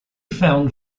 found